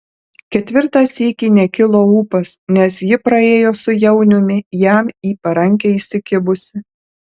ketvirtą sykį nekilo ūpas nes ji praėjo su jauniumi jam į parankę įsikibusi